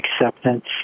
acceptance